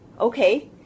okay